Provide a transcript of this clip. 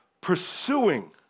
Pursuing